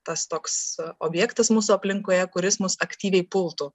tas toks objektas mūsų aplinkoje kuris mus aktyviai pultų